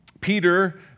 Peter